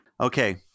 Okay